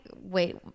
wait